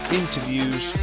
interviews